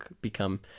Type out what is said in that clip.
become